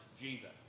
Jesus